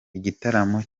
igitaramo